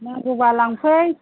नांगौबा लांफै